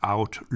Out